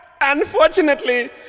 Unfortunately